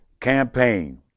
campaign